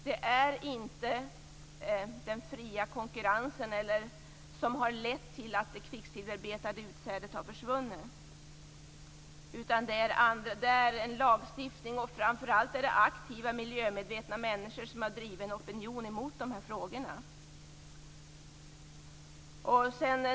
Det är inte den fria konkurrensen som har lett till att det kvicksilverbetade utsädet har försvunnit, utan det är en lagstiftning och framför allt aktiva, miljömedvetna människor, som har drivit en opinion i de frågorna.